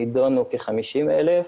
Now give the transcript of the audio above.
נידונו כ-50,000,